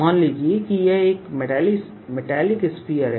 मान लीजिए कि यह एक मैटेलिक स्फीयर है